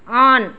on